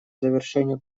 завершению